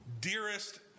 dearest